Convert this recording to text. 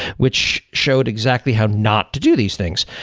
which showed exactly how not to do these things.